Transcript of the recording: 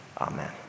amen